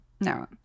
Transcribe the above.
No